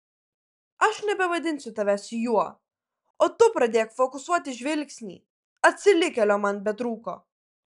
aš nebevadinsiu tavęs juo o tu pradėk fokusuoti žvilgsnį atsilikėlio man betrūko